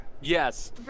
Yes